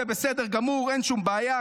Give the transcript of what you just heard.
זה בסדר גמור, אין שום בעיה.